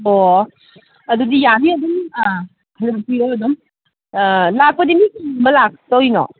ꯑꯣ ꯑꯗꯨꯗꯤ ꯌꯥꯅꯤ ꯑꯗꯨꯝ ꯑꯥ ꯂꯥꯛꯄꯤꯔꯣ ꯑꯗꯨꯝ ꯂꯥꯛꯄꯗꯤ ꯃꯤ ꯀꯌꯥꯒꯨꯝꯕ ꯂꯥꯛꯇꯣꯏꯅꯣ